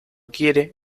quiere